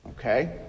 Okay